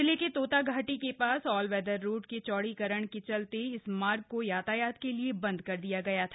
जिले के तोता घाटी के पास ऑल वेदर रोड के चौड़ीकरण के चलते इस मार्ग को यातायात के लिए बंद कर दिया गया था